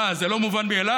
מה, זה לא מובן מאליו?